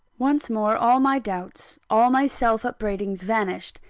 once more, all my doubts, all my self-upbraidings vanished,